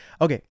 okay